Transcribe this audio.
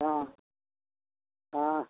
हाँ हाँ